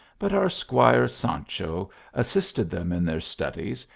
but our squire sancho assisted them in their studies,